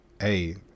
Hey